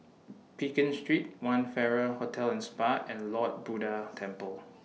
Pekin Street one Farrer Hotel and Spa and Lord Buddha Temple